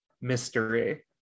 mystery